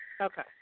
Okay